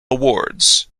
awards